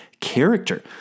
character